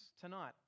tonight